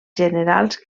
generals